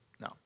no